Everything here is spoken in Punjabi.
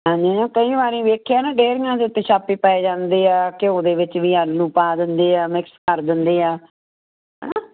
ਹਾਂਜੀ ਮੈਂ ਕਈ ਵਾਰੀ ਵੇਖਿਆ ਨਾ ਡੇਰੀਆਂ ਦੇ ਉੱਤੇ ਛਾਪੇ ਪੈ ਜਾਂਦੇ ਆ ਘਿਓ ਦੇ ਵਿੱਚ ਵੀ ਆਲੂ ਪਾ ਦਿੰਦੇ ਆ ਮਿਕਸ ਕਰ ਦਿੰਦੇ ਆ ਹਨਾ